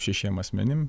šešiem asmenim